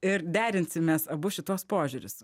ir derinsimės abu šituos požiūris